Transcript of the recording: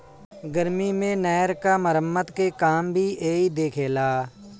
गर्मी मे नहर क मरम्मत के काम भी इहे देखेला